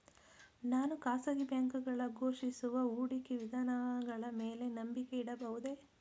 ನಾನು ಖಾಸಗಿ ಬ್ಯಾಂಕುಗಳು ಘೋಷಿಸುವ ಹೂಡಿಕೆ ವಿಧಾನಗಳ ಮೇಲೆ ನಂಬಿಕೆ ಇಡಬಹುದೇ?